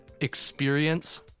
experience